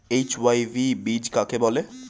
HYV বীজ কাকে বলে?